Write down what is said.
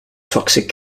toxic